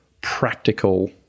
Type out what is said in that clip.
practical